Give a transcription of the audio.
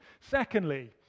Secondly